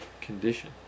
condition